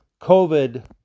COVID